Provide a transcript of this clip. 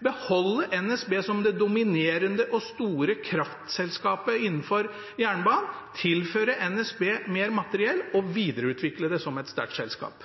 beholde NSB som det dominerende og store kraftselskapet innenfor jernbanen, tilføre NSB mer materiell og videreutvikle det som et sterkt selskap.